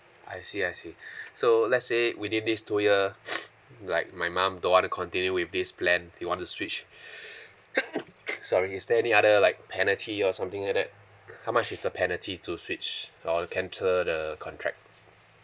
I see I see so let's say within these two year like my mom don't want to continue with this plan you want to switch sorry is there any other like penalty or something like that how much is the penalty to switch or cancel the contract